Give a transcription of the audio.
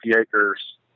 acres